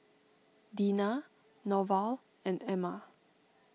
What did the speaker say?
Deena Norval and Emma